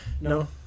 no